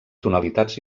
tonalitats